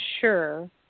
sure